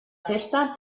festa